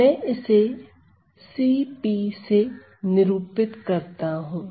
मैं इसे cp से निरूपित करता हूं